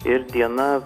ir diena